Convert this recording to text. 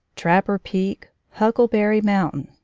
trapper peak, huckleberry mountain,